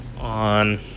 on